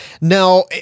Now